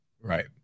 Right